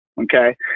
Okay